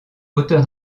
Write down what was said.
auteur